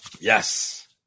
Yes